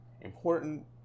important